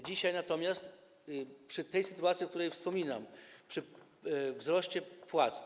Dzisiaj natomiast tak, przy tej sytuacji, o której wspominam, przy wzroście płac.